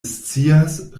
scias